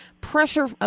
pressure